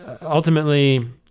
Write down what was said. ultimately